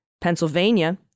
Pennsylvania